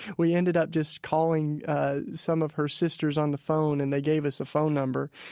we ended up just calling some of her sisters on the phone. and they gave us a phone number.